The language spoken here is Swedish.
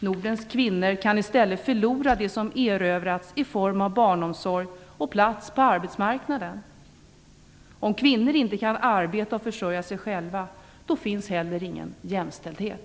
Nordens kvinnor kan i stället förlora det som har erövrats i form av barnomsorg och plats på arbetsmarknaden. Om kvinnor inte kan arbeta och försörja sig själva finns det heller ingen jämställdhet.